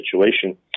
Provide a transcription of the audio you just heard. situation